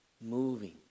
moving